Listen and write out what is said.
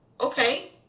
okay